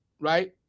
right